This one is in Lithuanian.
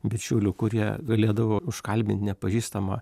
bičiulių kurie galėdavo užkalbint nepažįstamą